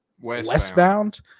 westbound